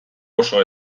oso